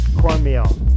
cornmeal